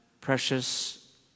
precious